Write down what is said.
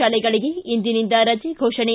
ಶಾಲೆಗಳಿಗೆ ಇಂದಿನಿಂದ ರಜೆ ಘೋಷಣೆ